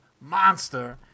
monster